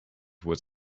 was